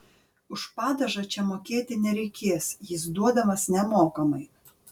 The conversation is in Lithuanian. už padažą čia mokėti nereikės jis duodamas nemokamai